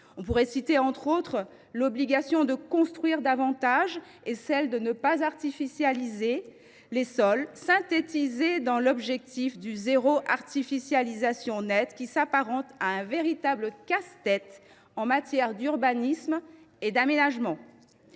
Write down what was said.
Je citerai, entre autres, l’obligation de construire davantage et celle de ne pas artificialiser les sols, synthétisée dans l’objectif du zéro artificialisation nette, qui s’apparente à un véritable casse tête en matière d’urbanisme et d’aménagement.